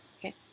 okay